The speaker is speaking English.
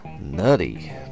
nutty